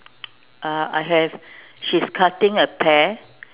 uh I have she's cutting a pear